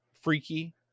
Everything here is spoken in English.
freaky